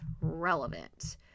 relevant